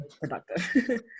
productive